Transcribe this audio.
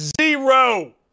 Zero